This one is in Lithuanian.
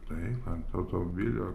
taip ant automobilio